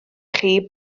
chi